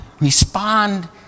Respond